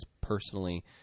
personally